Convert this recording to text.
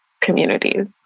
communities